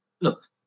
look